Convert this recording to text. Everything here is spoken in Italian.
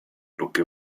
gruppi